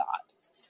thoughts